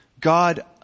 God